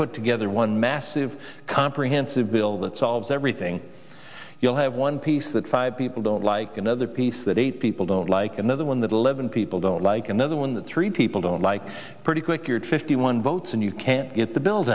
put together one massive comprehensive bill that solves everything you'll have one piece that five people don't like another piece that eight people don't like another one that eleven people don't like another one that three people don't like pretty quick you're to fifty one votes and you can't get the bill